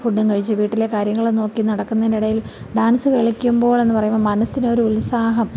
ഫുഡും കഴിച്ച് വീട്ടിലെ കാര്യങ്ങളും നോക്കി നടക്കുന്നതിൻറെ ഇടയിൽ ഡാൻസ് കളിക്കുമ്പോൾ എന്ന് പറയുമ്പോൾ മനസ്സിനൊരു ഉത്സാഹം